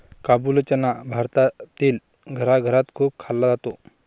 काबुली चना भारतातील घराघरात खूप खाल्ला जातो